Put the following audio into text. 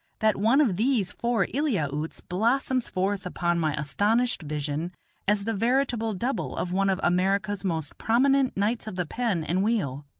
that one of these four eliautes blossoms forth upon my astonished vision as the veritable double of one of america's most prominent knights of the pen and wheel.